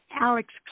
Alex